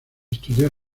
estudió